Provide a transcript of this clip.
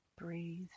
Breathe